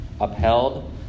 upheld